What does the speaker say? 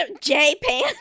J-Pan